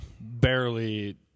barely